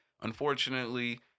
unfortunately